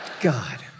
God